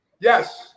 Yes